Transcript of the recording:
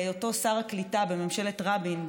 בהיותו שר הקליטה בממשלת רבין,